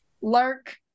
Lark